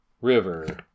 river